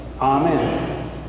Amen